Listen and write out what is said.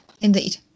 indeed